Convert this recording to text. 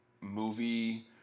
movie